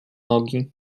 nogi